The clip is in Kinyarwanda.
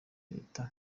reta